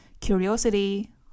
curiosity